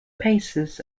pacers